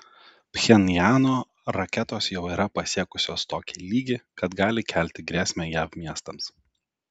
pchenjano raketos jau yra pasiekusios tokį lygį kad gali kelti grėsmę jav miestams